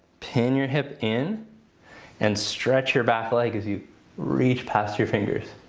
pin your hip in and stretch your back leg as you reach past your fingers.